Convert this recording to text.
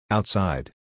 Outside